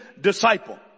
disciple